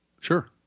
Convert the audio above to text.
Sure